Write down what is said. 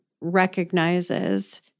recognizes